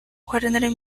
warner